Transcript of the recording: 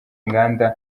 inganda